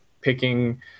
picking